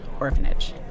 orphanage